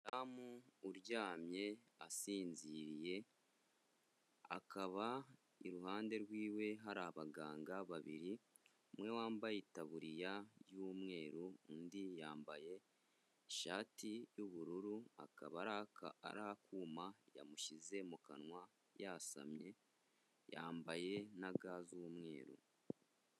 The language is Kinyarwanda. Umudamu uryamye asinziriye akaba iruhande rwiwe hari abaganga babiri, umwe wambaye itaburiya y'umweru undi yambaye ishati y'ubururu, hakaba hari akuma yamushyize mu kanwa yasamye yambaye na ga z'umweru.